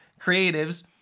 creatives